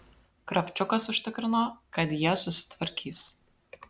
kravčiukas užtikrino kad jie susitvarkys